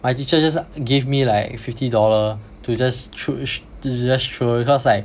my teacher just give me like fifty dollar to just choos~ to just throw because like